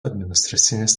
administracinis